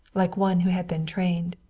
like one who had been trained.